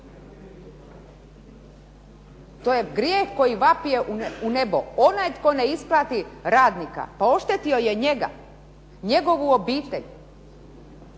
To je grijeh koji vapije u nebo. Onaj tko ne isplati radnika, pa oštetio je njega, njegovu obitelj.